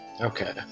Okay